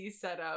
setup